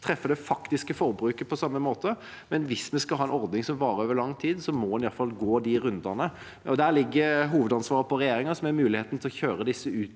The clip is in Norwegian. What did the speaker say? treffe det faktiske forbruket på samme måte, men hvis vi skal ha en ordning som varer over lang tid, må en i hvert fall gå de rundene. Der ligger hovedansvaret på regjeringen, som har muligheten til å gjøre disse